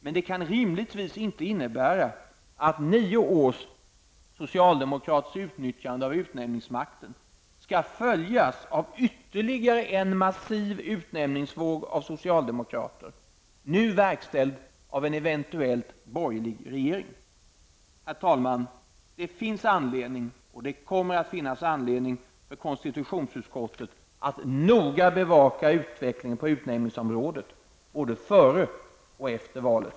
Men det kan rimligtvis inte innebära att nio års socialdemokratiskt utnyttjande av utnämningsmakten skall följas av ytterligare en massiv våg av utnämningar av socialdemokrater -- Herr talman! Det finns och det kommer att finnas anledning för konstitutionsutskottet att noga bevaka utvecklingen på utnämningsområdet -- både före och efter valet.